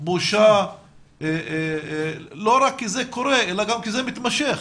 בושה לא רק כי זה קורה אלא גם כי זה מתמשך.